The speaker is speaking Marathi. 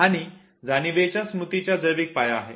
आणि हा जाणीवेच्या स्मृतीचा जैविक पाया आहे